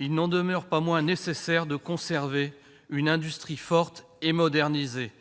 il n'en est pas moins nécessaire de conserver une industrie forte et modernisée,